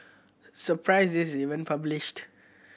surprised this is even published